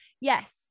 yes